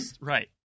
right